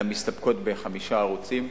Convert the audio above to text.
אלא מסתפקות בחמישה ערוצים.